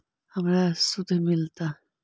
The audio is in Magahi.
हमरा शुद्ध मिलता?